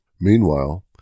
Meanwhile